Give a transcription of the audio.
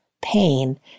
pain